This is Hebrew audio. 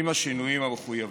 בשינויים המחויבים.